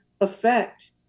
affect